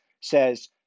says